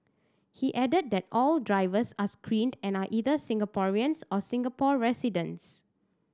he added that all drivers are screened and are either Singaporeans or Singapore residents